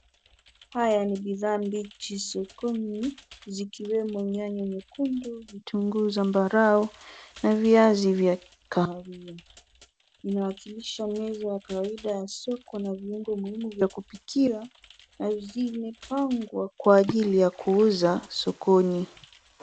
Haya ni bidhaa mbichi sokoni zikiwemo nyanya nyekundu, vitunguu zambarau na viazi vya kahawia. Vinawakilisha uwezo wa kawaida ya soko na viungo muhimu vya kupikia na zimepangwa kwa ajili ya kuuzwa sokoni.